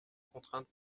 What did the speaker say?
contrainte